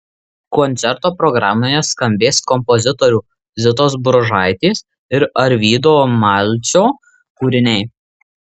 koncerto programoje skambės kompozitorių zitos bružaitės ir arvydo malcio kūriniai